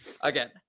Again